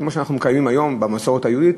כמו שאנחנו מקיימים היום במסורת היהודית,